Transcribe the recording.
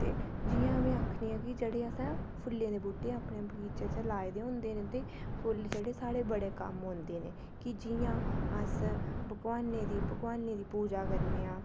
ते जि'यां में आखनी आं कि जेह्ड़े असें फुल्लें दे बूह्टे अपने बगीचे च लाए दे होंदे न उं'दे फुल्ल जेह्ड़े साढ़े बड़े कम्म औंदे न कि जि'यां अस भगोआनें दी भगोआनें दी पूजा करने आं